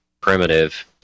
primitive